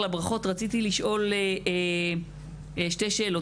רציתי לשאול שתי שאלות.